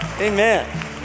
amen